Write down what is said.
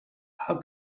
how